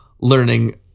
learning